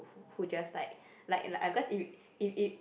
who just like like like cause if if if